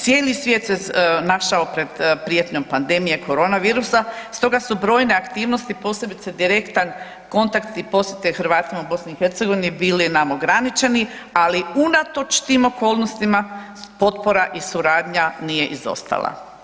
Cijeli svijet se našao pred prijetnjom pandemije korona virusa stoga su brojne aktivnosti posebice direktan kontakt i posjete Hrvatima u BiH bili nam ograničeni, ali unatoč tim okolnostima potpora i suradnja nije izostala.